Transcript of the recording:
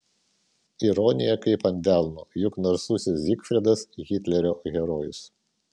ironija kaip ant delno juk narsusis zygfridas hitlerio herojus